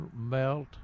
melt